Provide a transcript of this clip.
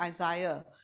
Isaiah